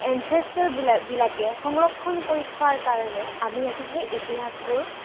এনচেষ্টাৰবিলাকে সংৰক্ষণ কৰি থোৱাৰ কাৰণে আমি আজি সেই ইতিহাসবোৰ